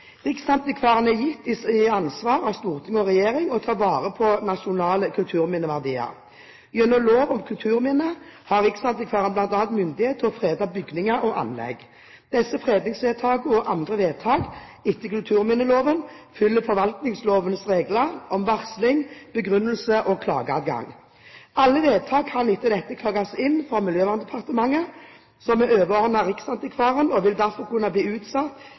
Riksantikvaren er gitt i ansvar av storting og regjering å ta vare på nasjonale kulturminneverdier. Gjennom lov om kulturminner har riksantikvaren bl.a. myndighet til å frede bygninger og anlegg. Disse fredningsvedtakene og andre vedtak etter kulturminneloven følger forvaltningslovens regler om varsling, begrunnelse og klageadgang. Alle vedtak kan etter dette klages inn for Miljøverndepartementet, som er overordnet riksantikvaren, og vil derfor kunne bli utsatt